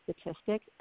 statistic